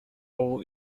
all